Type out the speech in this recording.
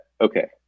okay